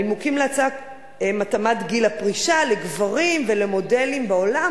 הנימוקים להצעה הם התאמת גיל הפרישה לגברים ולמודלים בעולם,